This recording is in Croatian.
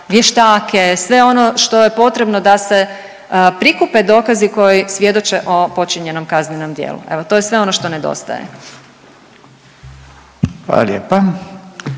sve ono što je potrebno da se prikupe dokazi koji svjedoče o počinjenom kaznenom djelu, evo to je sve ono što nedostaje. **Radin,